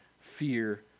fear